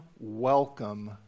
welcome